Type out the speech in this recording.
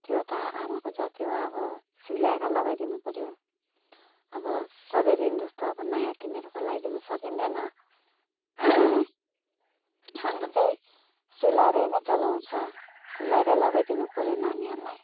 त्यो त आमाको जात हो अब सिलाएर लगाइदिनु पर्यो अब सधैँदेखि जस्तो अब नयाँ किनेर त लगाइदिनु सकिँदैन अन्त त्यही सिलाएर नै चलाउँछ सिलाएर लगाइदिनु पर्यो नानीहरूलाई